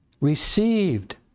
received